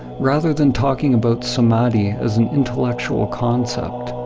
rather than talking about samadhi as an intellectual concept,